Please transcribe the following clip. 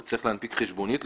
אתה צריך להנפיק חשבונית.